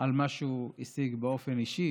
על מה שהוא השיג באופן אישי,